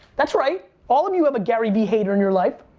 that's right. all of you have a gary vee hater in your life.